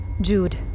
Jude